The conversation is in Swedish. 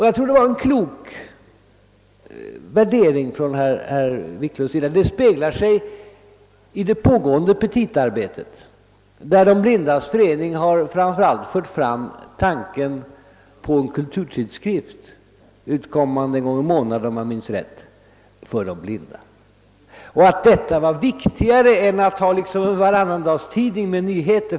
Jag tror det var en klok värdering som herr Wiklund i Stockholm därvid gjorde. Under det pågående petitaarbetet har De blindas förening fört fram tanken på en kulturtidskrift för de blinda, utkommande en gång i månaden, om jag minns rätt. Föreningen ansåg en sådan tidskrift viktigare än en varannandagstidning med nyheter.